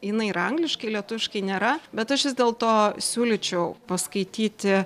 jinai yra angliškai lietuviškai nėra bet aš vis dėlto siūlyčiau paskaityti